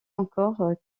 encore